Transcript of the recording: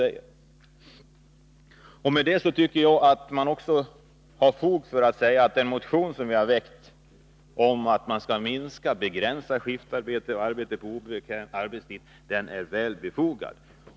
Jag tycker alltså att den motion som vi har väckt om att begränsa skiftarbete och arbete på obekväm arbetstid är väl befogad.